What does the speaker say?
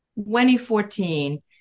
2014